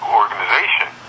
organization